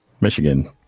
Michigan